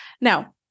Now